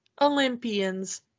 olympians